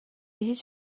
هیچ